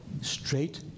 straight